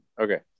okay